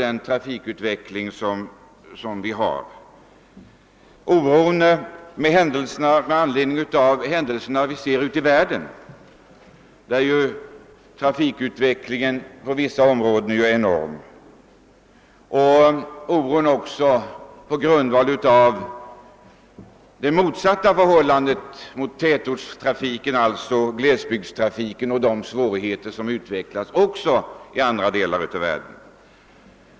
Det visar bara den allmänna oro som råder för den nuvarande utvecklingen, en oro som inte minst grundar sig på det som händer ute i världen, där trafikexpansionen på vissa håll är enorm. Men oron grundar sig inte bara på situationen i tätorterna utan även på svårigheterna på motsatt håll, alltså i glesbygderna.